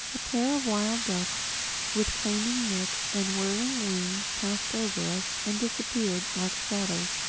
a pair of wild ducks with craning necks and whirring wings passed over us and disappeared like shadows,